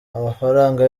amafaranga